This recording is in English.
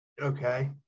okay